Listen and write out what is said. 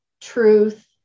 truth